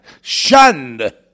shunned